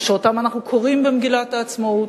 ושאותם קוראים במגילת העצמאות,